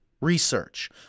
research